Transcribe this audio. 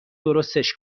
درستش